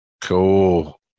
cool